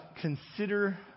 consider